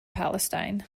palestine